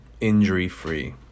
injury-free